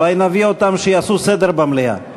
אולי נביא אותם שיעשו סדר במליאה.